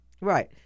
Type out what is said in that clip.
Right